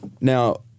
Now